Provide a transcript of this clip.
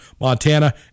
Montana